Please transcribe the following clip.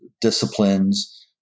disciplines